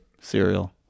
Cereal